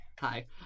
hi